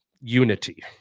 unity